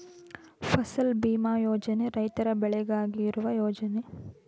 ಫಸಲ್ ಭೀಮಾ ಯೋಜನೆ ರೈತರ ಬೆಳೆಗಾಗಿ ಇರುವ ಯೋಜನೆ